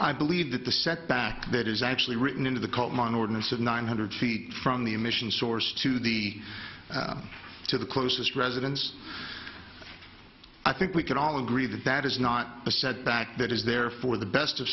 i believe that the setback that is actually written into the cult mind ordinances nine hundred feet from the emission source to the to the closest residence i think we can all agree that that is not a setback that is there for the best of